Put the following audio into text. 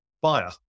buyer